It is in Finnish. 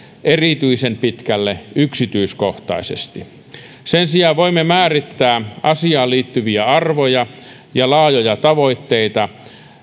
erityisen pitkälle yksityiskohtaisesti sen sijaan voimme määrittää asiaan liittyviä arvoja ja laajoja tavoitteita